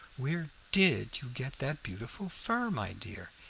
where did you get that beautiful fur, my dear?